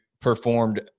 performed